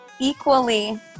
equally